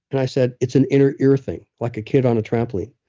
and i said, it's an inner ear thing, like a kid on a trampoline.